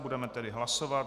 Budeme tedy hlasovat.